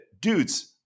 dudes